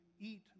eat